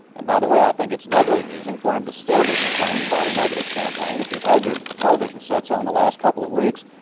and by the way, i think it's doubly amusing for him to still be complaining about a negative campaign. if you've had your television sets on the last couple of weeks,